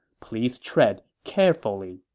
please tread carefully.